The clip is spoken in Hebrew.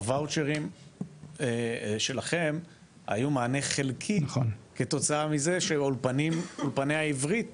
הוואוצ'רים שלכם היו מענה חלקי כתוצאה מזה שאולפני העברית